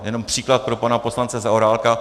Jenom příklad pro pana poslance Zaorálka.